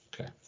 okay